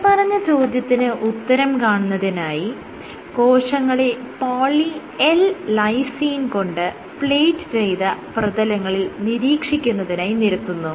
മേല്പറഞ്ഞ ചോദ്യത്തിന് ഉത്തരം കാണുന്നതിനായി കോശങ്ങളെ പോളി L ലൈസീൻ കൊണ്ട് പ്ലേറ്റ് ചെയ്ത പ്രതലങ്ങളിൽ നീരീക്ഷിക്കുന്നതിനായി നിരത്തുന്നു